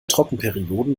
trockenperioden